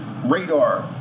Radar